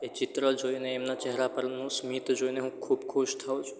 એ ચિત્ર જોઈને એમના ચહેરા પરનું સ્મિત જોઈને હું ખૂબ જ ખુશ થાઉં છું